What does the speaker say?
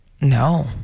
No